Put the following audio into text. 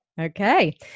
Okay